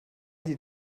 die